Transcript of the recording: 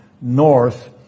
north